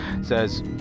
Says